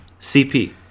CP